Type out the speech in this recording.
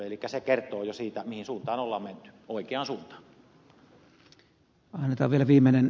elikkä se kertoo jo siitä mihin suuntaan ollaan me poikia suurta anneta on menty